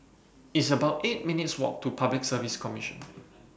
It's about eight minutes' Walk to Public Service Commission